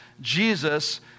Jesus